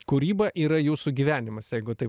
kūryba yra jūsų gyvenimas jeigu taip